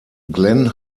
glenn